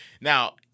Now –